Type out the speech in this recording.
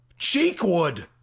Cheekwood